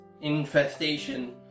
infestation